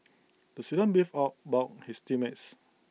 the student beefed about his team mates